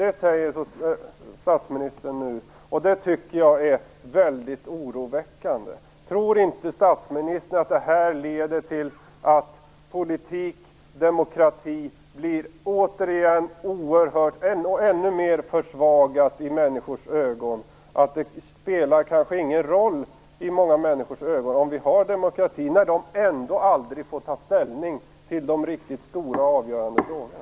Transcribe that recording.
Det säger statsministern nu, och det tycker jag är mycket oroväckande. Tror inte statsministern att detta leder till att politik och demokrati blir ännu mer försvagat i människors ögon? Det spelar kanske ingen roll i många människors ögon om vi har demokrati, när de ändå aldrig får ta ställning till de riktigt stora och avgörande frågorna.